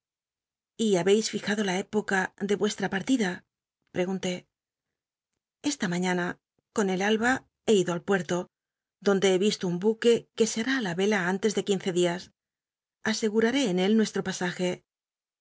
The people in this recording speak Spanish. y ha beis fijado la época de vucslt a pat'tida ppcgunté esta mañana con el alba he ido al uet'lo donde be yislo un buque que se hará á la vela antes de quince dias aseguraré en él nuestro pasaje